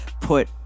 put